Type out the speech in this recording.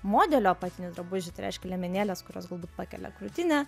modelio apatinių drabužių tai reiškia liemenėles kurios galbūt pakelia krūtinę